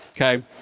okay